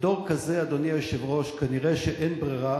בדור כזה, אדוני היושב-ראש, נראה שאין ברירה